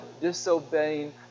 disobeying